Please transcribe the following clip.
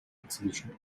exhibition